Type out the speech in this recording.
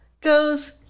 Goes